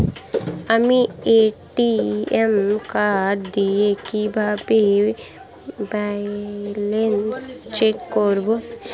আমি ATM card দিয়ে কিভাবে ব্যালেন্স চেক করব?